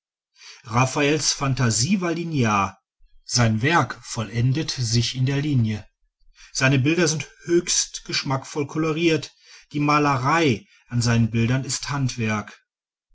raffaels phantasie war linear sein werk vollendet sich in der linie seine bilder sind höchstens geschmackvoll koloriert die malerei an seinen bildern ist